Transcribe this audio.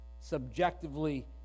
subjectively